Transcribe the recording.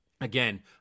again